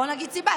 בוא נגיד סיבה.